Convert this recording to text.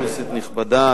כנסת נכבדה,